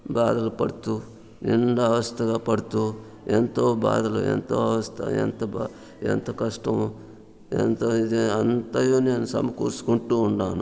బాధలు పడుతూ నిండా అవస్థలు పడుతూ ఎంతో బాధలు ఎంతో అవస్థ ఎంత ఎంత కష్టమో ఎంత ఇదో అంతయు నేను సమకూర్చుకుంటూ ఉండాను